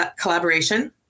collaboration